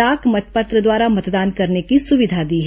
डाक मतपत्र द्वारा मतदान करने की सुविधा दी है